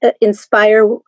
inspire